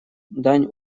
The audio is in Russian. дань